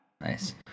Nice